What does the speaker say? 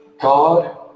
God